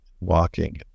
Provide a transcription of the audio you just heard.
walking